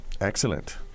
Excellent